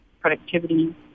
productivity